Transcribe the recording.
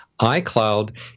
iCloud